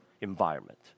environment